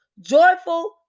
joyful